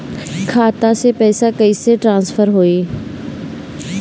खाता से पैसा कईसे ट्रासर्फर होई?